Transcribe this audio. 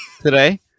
today